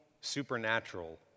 supernatural